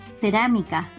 cerámica